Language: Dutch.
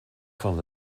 van